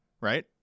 right